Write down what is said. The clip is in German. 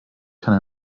kann